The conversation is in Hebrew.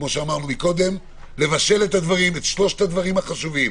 כמו שאמרנו קודם, לבקש את שלושת הדברים החשובים.